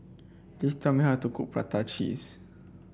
please tell me how to cook Prata Cheese